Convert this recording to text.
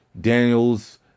Daniels